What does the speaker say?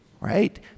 right